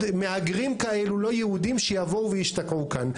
מהגרים כאלו לא יהודים שיבואו וישתקעו כאן.